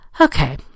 Okay